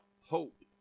hope